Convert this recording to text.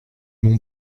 mon